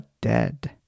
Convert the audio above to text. dead